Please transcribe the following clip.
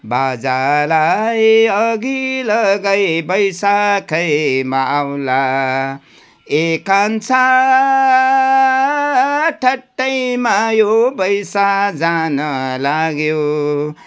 बाजालाई अघि लगाई वैशाखैमा आउँला ए कान्छा ठट्टैमा यो बैँस जान लाग्यो